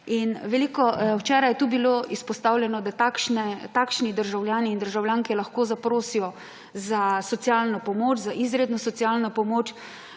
stiska. Včeraj je tukaj bilo izpostavljeno, da takšni državljani in državljanke lahko zaprosijo za socialno pomoč, za izredno socialno pomoč